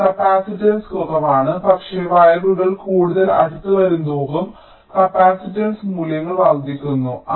ഇവിടെ കപ്പാസിറ്റൻസ് കുറവാണ് പക്ഷേ വയറുകൾ കൂടുതൽ അടുത്തുവരുന്തോറും കപ്പാസിറ്റൻസ് മൂല്യങ്ങൾ വർദ്ധിക്കുന്നു